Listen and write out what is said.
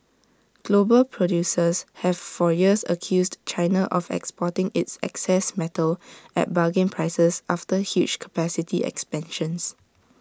global producers have for years accused China of exporting its excess metal at bargain prices after huge capacity expansions